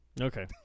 Okay